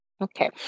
Okay